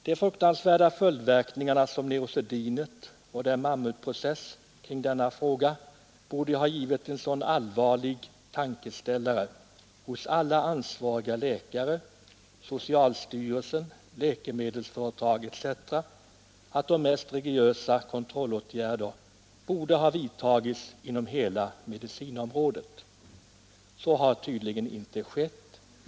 De fruktansvärda följdverkningarna av neurosedynet och den mammutprocess som förts kring skadeståndsfrågan i det sammanhanget borde ha givit alla ansvariga läkare, socialstyrelsen, läkemedelsföretagen etc. en så allvarlig tankeställare att mycket rigorösa kontrollåtgärder borde ha vidtagits inom hela medicinområdet. Så har tydligen inte skett.